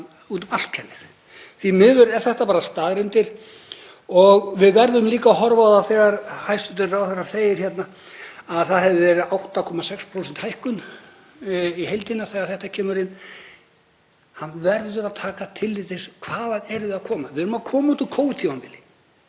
Því miður eru þetta bara staðreyndir. Við verðum líka að horfa á það þegar hæstv. ráðherra segir að það hafi verið 8,6% hækkun í heildina þegar þetta kemur inn. Hann verður að taka tillit til hvaðan við erum að koma. Við erum að koma út úr Covid-tímabili